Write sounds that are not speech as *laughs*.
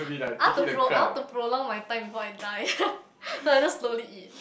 I want to pro~ I want to prolong my time before I die *laughs* so I just slowly eat